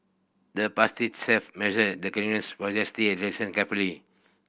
the pastry chef measured the grins for a zesty addressing carefully